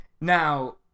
Now